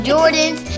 Jordans